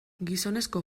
gizonezko